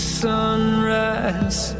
sunrise